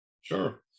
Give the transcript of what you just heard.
Sure